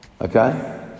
Okay